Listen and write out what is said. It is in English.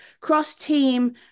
cross-team